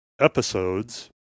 episodes